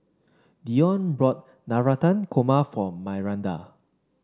Deon bought Navratan Korma for Myranda